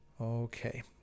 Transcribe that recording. Okay